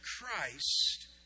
Christ